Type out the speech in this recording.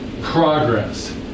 progress